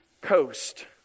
coast